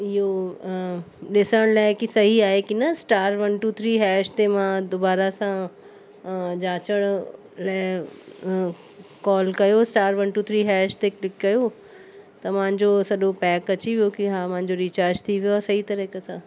इहो ॾिसण लाइ की सही आहे की न star one two three hash ते मां दुबारा सां जाचण लाइ कॉल कयो star one two three hash ते क्लिक कयो त मुंहिंजो सॼो पैक अची वियो की हा मुंहिंजो रिचार्ज थी वियो आहे सही तरीक़े सां